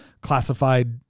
classified